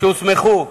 שהוסמכו בישראל,